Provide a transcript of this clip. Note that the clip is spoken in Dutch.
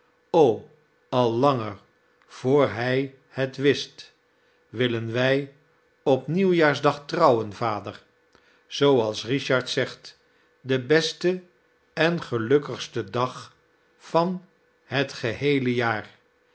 o al langer voor hij het wist willen wij op nieuwjaarsdag trouwen vader zooals richard zegt de beste en gelukkigste dag van het geheele jaar